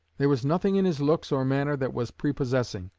there was nothing in his looks or manner that was prepossessing.